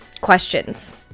questions